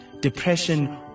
depression